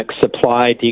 supply